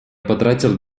потратил